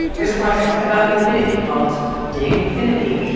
there's a project about infinity called dig infinity,